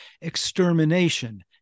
extermination